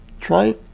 try